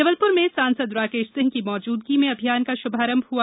जबलपुर में सांसद राकेश सिंह की मौजूदगी में अभियान का शुभारंभ हुआ